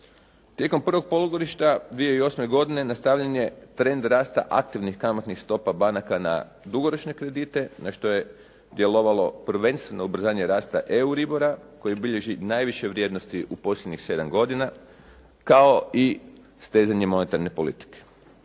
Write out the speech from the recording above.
Tijekom prvom polugodišta 2008. godine nastavljen je trend rasta aktivnih kamatnih stopa banaka na dugoročne kredite, na što je djelovalo prvenstveno ubrzanje rasta …/Govornik se ne razumije./… koji bilježi najviše vrijednosti u posljednjih 7 godina kao i stezanje monetarne politike.